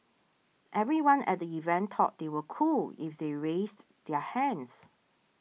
everyone at the event thought they were cool if they raised their hands